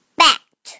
bat